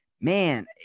man